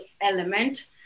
element